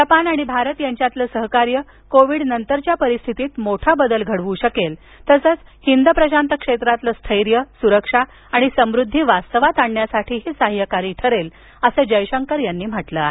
Japan आणि भारत यांच्यातील सहकार्य कोविड नंतरच्या परिस्थितीत मोठा बदल घडवू शकेल तसंच हिंद प्रशांत क्षेत्रातील स्थैर्य सुरक्षा आणि समृद्धी वास्तवात आणण्यातही साह्यकारी ठरेल असं जयशंकर यांनी म्हटलं आहे